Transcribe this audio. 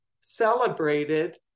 celebrated